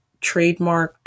trademarked